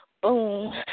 boom